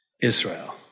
Israel